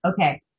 Okay